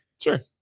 Sure